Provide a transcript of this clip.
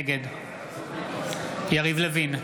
נגד יריב לוין,